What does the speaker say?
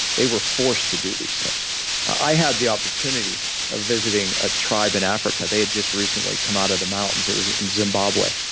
they were forced to do these things i had to the opportunity of visiting a tribe in africa. they had just recently come out of the mountains. it was in zimbabwe.